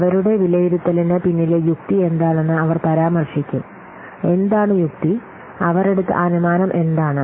അവരുടെ വിലയിരുത്തലിന് പിന്നിലെ യുക്തി എന്താണെന്ന് അവർ പരാമർശിക്കും എന്താണ് യുക്തി അവർ എടുത്ത അനുമാനം എന്താണ്